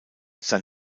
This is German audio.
sein